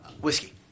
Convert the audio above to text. Whiskey